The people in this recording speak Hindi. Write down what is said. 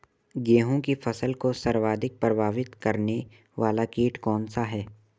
गेहूँ की फसल को सर्वाधिक प्रभावित करने वाला कीट कौनसा है?